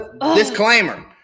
Disclaimer